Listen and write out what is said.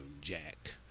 Jack